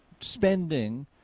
spending